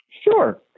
Sure